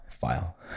file